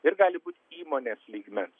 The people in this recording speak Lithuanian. ir gali būti įmonės lygmens